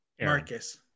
Marcus